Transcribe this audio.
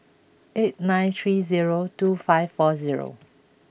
eight nine three zero two five four zero